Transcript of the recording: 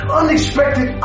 unexpected